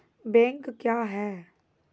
Bank क्या हैं?